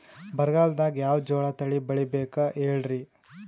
ಬರಗಾಲದಾಗ್ ಯಾವ ಜೋಳ ತಳಿ ಬೆಳಿಬೇಕ ಹೇಳ್ರಿ?